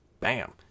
Bam